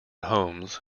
holmes